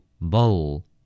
Bowl